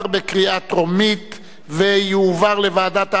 לדיון מוקדם בוועדת העבודה,